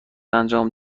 انجام